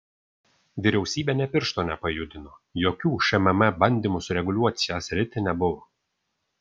vyriausybė nė piršto nepajudino jokių šmm bandymų sureguliuoti šią sritį nebuvo